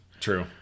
True